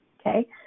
okay